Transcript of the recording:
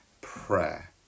prayer